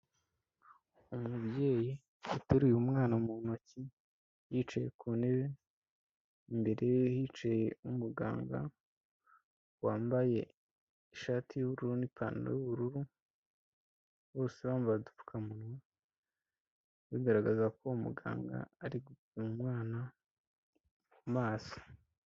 Umubyeyi uteruye umwana mu ntoki, yicaye ku ntebe, imbere ye hicaye umuganga wambaye ishati y'ubururu n'ipantaro y'ubururu, bose bambaye udupfukamunwa, bigaragaza ko uwo muganga ari kuvura umwana amaso.